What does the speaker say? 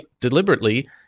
deliberately